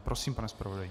Prosím, pane zpravodaji.